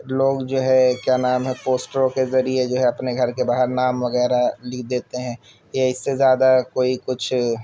لوگ جو ہے کیا نام ہے پوسٹروں کے ذریعے جو ہے اپنے گھر کے باہر نام وغیرہ لکھ دیتے ہیں یا اس سے زیادہ کوئی کچھ